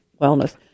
Wellness